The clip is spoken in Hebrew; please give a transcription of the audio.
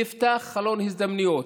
נפתח חלון הזדמנויות.